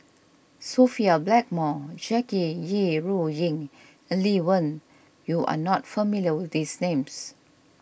Sophia Blackmore Jackie Yi Ru Ying and Lee Wen you are not familiar with these names